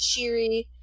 Shiri